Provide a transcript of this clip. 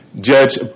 judge